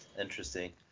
Interesting